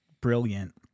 brilliant